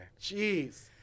Jeez